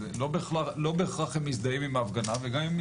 לא בהכרח הם מזדהים עם ההפגנה וגם אם הם